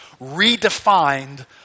redefined